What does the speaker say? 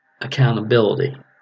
accountability